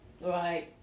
Right